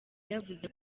yavuze